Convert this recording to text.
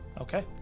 Okay